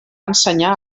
ensenyar